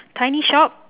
tiny shop